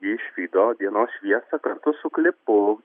išvydo dienos šviesą kartu su klipu